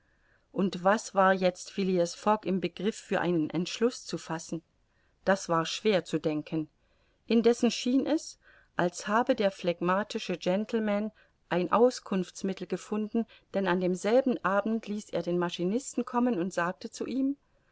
und was war jetzt phileas fogg im begriff für einen entschluß zu fassen das war schwer zu denken indessen schien es als habe der phlegmatische gentleman ein auskunftsmittel gefunden denn an demselben abend ließ er den maschinisten kommen und sagte zu ihm